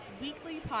weekly